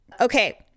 okay